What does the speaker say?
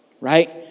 right